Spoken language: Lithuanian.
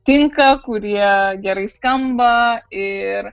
tinka kurie gerai skamba ir